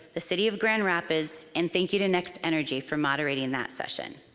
the city of grand rapids, and thank you to nextenergy for moderating that session.